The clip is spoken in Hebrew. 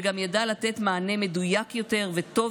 וגם ידע לתת מענה מדויק יותר וטוב